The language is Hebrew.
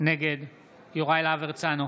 נגד יוראי להב הרצנו,